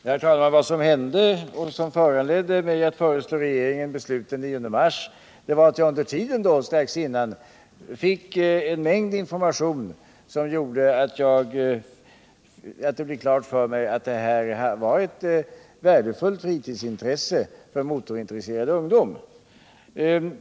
Herr talman! Vad som hände och vad som föranledde mig att föreslå regeringen beslut den 9 mars var att jag under tiden strax innan fick en mängd information som gjorde att det blev klart för mig att de här s.k. epatraktorerna var ett värdefullt fritidsintresse för motorbiten ungdom.